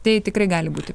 tai tikrai gali būti